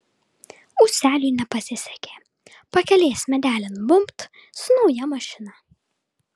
ūseliui nepasisekė pakelės medelin bumbt su nauja mašina